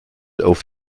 auf